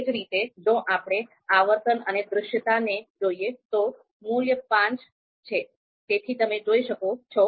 એ જ રીતે જો આપણે આવર્તન અને દૃશ્યતાને જોઈએ તો મૂલ્ય પાંચ ૫ છે